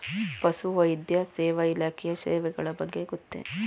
ಪಶುವೈದ್ಯ ಸೇವಾ ಇಲಾಖೆಯ ಸೇವೆಗಳ ಬಗ್ಗೆ ಗೊತ್ತೇ?